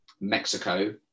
Mexico